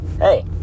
Hey